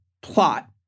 plot